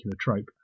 trope